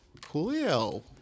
cool